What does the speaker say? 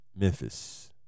Memphis